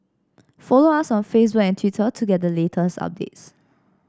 follow us on Facebook and Twitter to get the latest updates